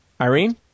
Irene